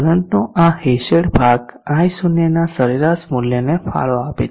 કરંટનો આ હેશેડ ભાગ i0 ના સરેરાશ મૂલ્યને ફાળો આપે છે